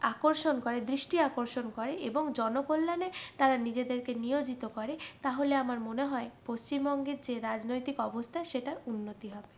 আকর্ষণ করে দৃষ্টি আকর্ষণ করে এবং জনকল্যাণে তারা নিজেদেরকে নিয়োজিত করে তাহলে আমার মনে হয় পশ্চিমবঙ্গের যে রাজনৈতিক অবস্থা সেটা উন্নতি হবে